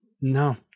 no